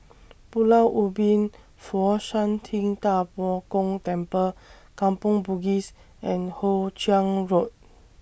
Pulau Ubin Fo Shan Ting DA Bo Gong Temple Kampong Bugis and Hoe Chiang Road